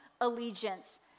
allegiance